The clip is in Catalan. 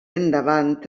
endavant